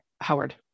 Howard